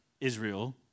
Israel